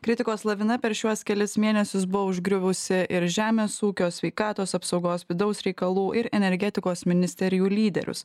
kritikos lavina per šiuos kelis mėnesius buvo užgriuvusi ir žemės ūkio sveikatos apsaugos vidaus reikalų ir energetikos ministerijų lyderius